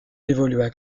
évolua